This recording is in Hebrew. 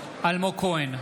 אלמוג כהן,